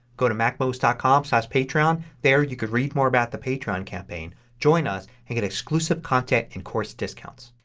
go to macmost ah com so patreon. there you could read more about the patreon campaign. join us and get exclusive content and course discounts.